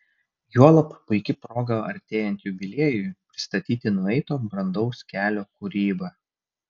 juolab puiki proga artėjant jubiliejui pristatyti nueito brandaus kelio kūrybą